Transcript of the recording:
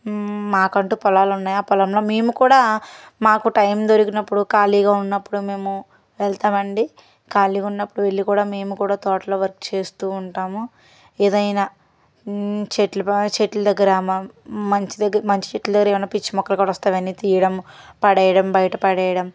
మాకంటూ పొలాలు ఉన్నాయా ఆ పొలంలో మేము కూడా మాకు టైం దొరికినప్పుడు ఖాళీగా ఉన్నప్పుడు మేము వెళ్తామండి ఖాళీగా ఉన్నప్పుడు వెళ్లి కూడా మేము కూడా తోటలో వర్క్ చేస్తూ ఉంటాము ఏదైనా చెట్లు బాగా చెట్లు దగ్గర మంచి దగ్గర మంచి చెట్లు దగ్గర ఏమైనా పిచ్చి మొక్కలు కూడా వస్తావని తీయడం పడేయడం బయట పడేయడం